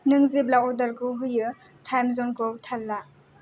नों जेब्ला अरदारखौ होयो टाइम जनखौ थाल ला